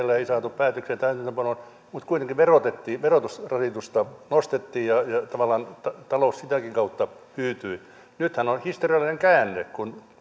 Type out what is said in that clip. uudistuksia liikkeelle ei saatu päätöksiä täytäntöönpanoon mutta kuitenkin verotettiin verotusrasitusta nostettiin tavallaan talous sitäkin kautta hyytyi nythän on historiallinen käänne kun